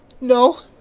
No